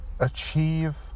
Achieve